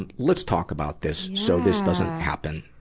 and let's talk about this, so this doesn't happen,